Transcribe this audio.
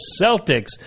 Celtics